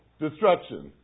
Destruction